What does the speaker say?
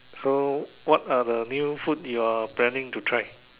so what are the new food you are planning to try